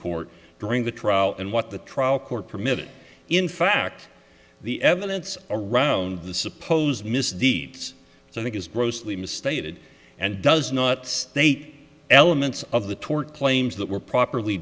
court during the trial and what the trial court permitted in fact the evidence around the supposed misdeeds so i think is grossly misstated and does not state elements of the tort claims that were properly